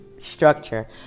structure